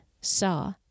saw